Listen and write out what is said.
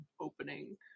opening